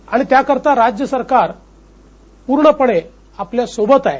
आणि त्याकरीता राज्य सरकार पूर्णपणे आपल्या सोबत आहे